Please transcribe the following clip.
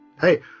hey